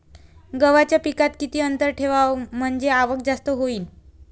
गव्हाच्या पिकात किती अंतर ठेवाव म्हनजे आवक जास्त होईन?